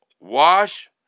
wash